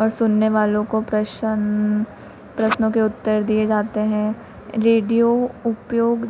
और सुनने वालों को प्रश्न प्रश्नों के उत्तर दिए जाते हैं रेडियो उपयोग